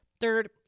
Third